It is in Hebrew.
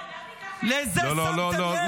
גלעד, אל תיקח את זה --- לזה שמתם לב?